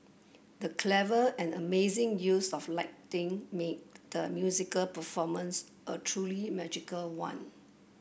the clever and amazing use of lighting made the musical performance a truly magical one